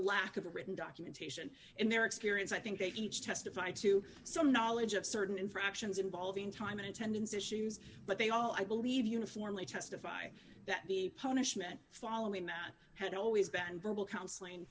lack of a written documentation in their experience i think they each testified to some knowledge of certain infractions involving time and attendance issues but they all i believe uniformly testify that the punishment following that had always been verbal counseling